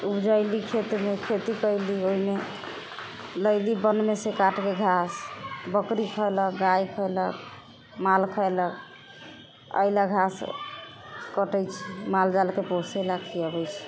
उपजैली खेतमे खेती कएली ओहिमे लैली वनमेसँ काटिके घास बकरी खैलक गाइ खेलक माल खेलक एहिलए घास काटै छी माल जालके पोसैलए खिआबै छी